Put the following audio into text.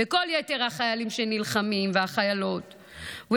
וכל יתר החיילות והחיילים שנלחמים.